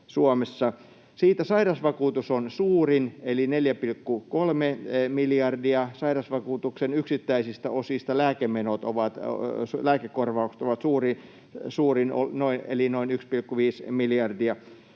Siitä sairausvakuutus on suurin eli 4,3 miljardia, sairausvakuutuksen yksittäisistä osista lääkekorvaukset ovat suurin eli noin 1,5 miljardia.